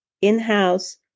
in-house